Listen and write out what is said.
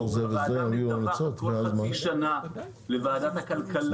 הוועדה מדווחת בכל חצי שנה לוועדת הכלכלה.